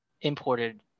imported